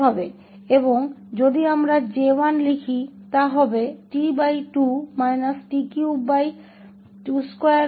और अगर हम j1 लिखते हैं तो यह t2t3224 t522426